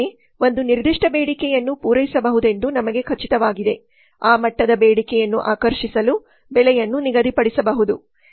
ಒಮ್ಮೆ ಒಂದು ನಿರ್ದಿಷ್ಟ ಬೇಡಿಕೆಯನ್ನು ಪೂರೈಸಬಹುದೆಂದು ನಮಗೆ ಖಚಿತವಾಗಿದೆ ಆ ಮಟ್ಟದ ಬೇಡಿಕೆಯನ್ನು ಆಕರ್ಷಿಸಲು ಬೆಲೆಯನ್ನು ನಿಗದಿಪಡಿಸಬಹುದು